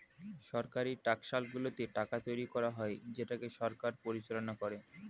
সরকারি টাকশালগুলোতে টাকা তৈরী করা হয় যেটাকে সরকার পরিচালনা করে